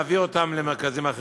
להעביר אותם למרכזים אחרים,